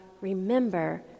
Remember